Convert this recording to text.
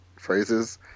phrases